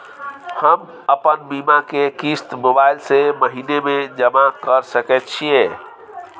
हम अपन बीमा के किस्त मोबाईल से महीने में जमा कर सके छिए?